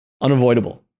unavoidable